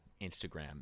Instagram